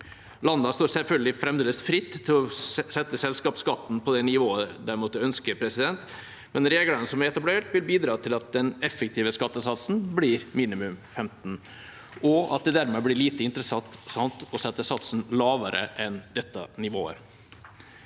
selvfølgelig fremdeles fritt til å sette selskapsskatten på det nivået de måtte ønske, men reglene som er etablert, vil bidra til at den effektive skattesatsen blir på minimum 15 pst., og at det dermed blir lite interessant å sette satsen lavere enn dette nivået.